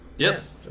Yes